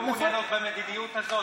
לא מעוניינים במדיניות הזאת,